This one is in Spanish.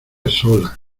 sola